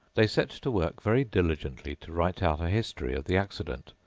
they set to work very diligently to write out a history of the accident,